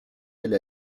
elle